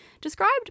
Described